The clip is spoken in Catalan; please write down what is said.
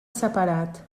separat